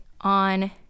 on